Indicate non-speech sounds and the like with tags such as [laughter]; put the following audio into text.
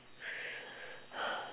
[noise]